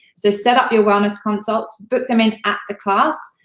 so set up your wellness consults, put them in at the class.